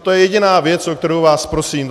To je jediná věc, o kterou vás prosím.